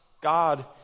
God